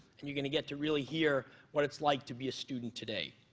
and you're going to get to really hear what it's like to be a student today.